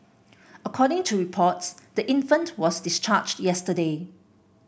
according to reports the infant was discharged yesterday